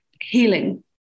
healing